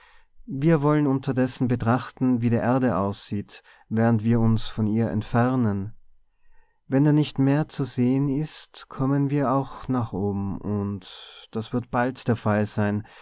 wir wollen unterdessen betrachten wie die erde aussieht während wir uns von ihr entfernen wenn da nichts mehr zu sehen ist kommen wir auch nach oben und das wird bald der fall sein